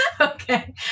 okay